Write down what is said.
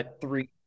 three